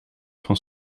van